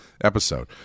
episode